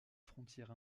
frontière